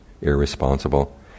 irresponsible